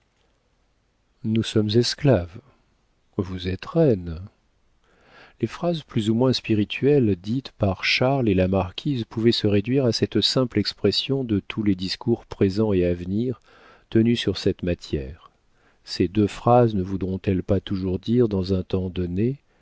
nous sommes esclaves vous êtes reines les phrases plus ou moins spirituelles dites par charles et la marquise pouvaient se réduire à cette simple expression de tous les discours présents et à venir tenus sur cette matière ces deux phrases ne voudront elles pas toujours dire dans un temps donné